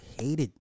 hated